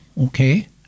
okay